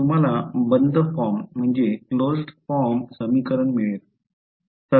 तर तुम्हाला बंद फॉर्म समीकरण मिळेल